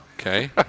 Okay